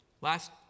Last